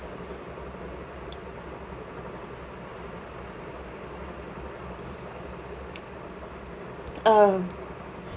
um